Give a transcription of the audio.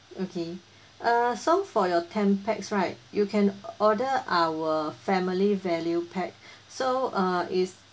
okay uh so for your ten pax right you can order our family value pack so uh is